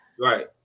Right